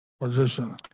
position